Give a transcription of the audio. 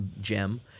gem